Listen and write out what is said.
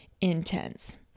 intense